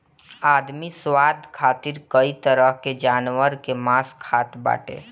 आदमी स्वाद खातिर कई तरह के जानवर कअ मांस खात बाटे